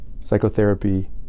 psychotherapy